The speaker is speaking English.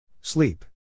Sleep